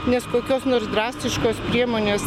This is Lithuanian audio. nes kokios nors drastiškos priemonės